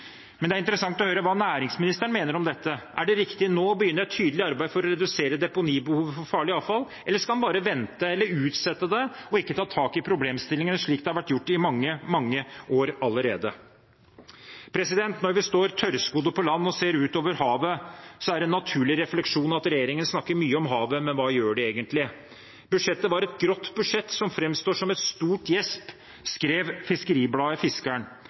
Men det er interessant å høre hva næringsministeren mener om dette. Er det riktig nå å begynne et tydelig arbeid for å redusere deponibehovet for farlig avfall, eller skal en bare vente eller utsette det og ikke ta tak i problemstillingene, slik det har vært gjort i mange år allerede? Når vi står tørrskodde på land og ser ut over havet, er en naturlig refleksjon at regjeringen snakker mye om havet, men hva gjør de egentlig? Budsjettet er et grått budsjett som framstår som et stort gjesp, skrev Fiskeribladet.